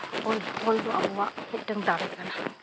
ᱚᱞ ᱫᱚ ᱟᱵᱚᱣᱟᱜ ᱢᱤᱫᱴᱟᱹᱝ ᱫᱟᱲᱮ ᱠᱟᱱᱟ